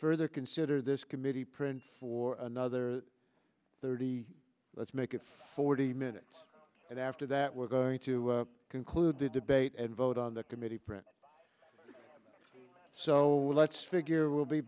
further consider this committee print for another thirty let's make it forty minutes and after that we're going to conclude the debate and vote on the committee print so let's figure we'll be